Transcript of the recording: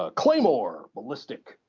ah claymore! ballistic!